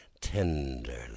Tenderly